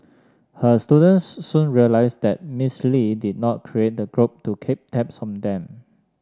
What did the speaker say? her students soon realised that Miss Lee did not create the group to keep tabs on them